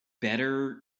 better